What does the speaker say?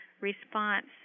response